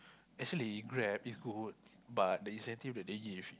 actually Grab is good but the incentive that they give